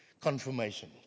Confirmation